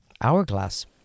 hourglass